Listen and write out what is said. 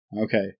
Okay